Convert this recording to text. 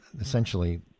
essentially